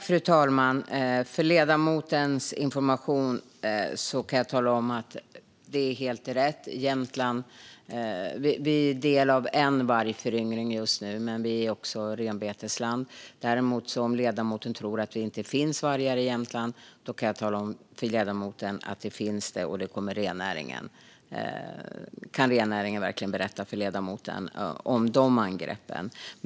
Fru talman! För ledamotens information kan jag tala om att det är helt rätt: Vi i Jämtland är del av en vargföryngring just nu, men vi är också renbetesland. Om däremot ledamoten tror att det inte finns vargar i Jämtland kan jag tala om för ledamoten att det finns det. Rennäringen kan verkligen berätta för ledamoten om de angreppen.